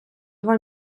два